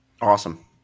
Awesome